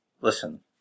Listen